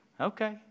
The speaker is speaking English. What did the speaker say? Okay